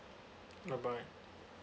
bye bye